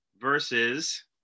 versus